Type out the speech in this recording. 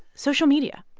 social media.